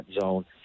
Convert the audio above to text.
zone